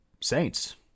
saints